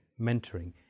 mentoring